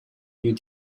you